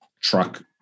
truck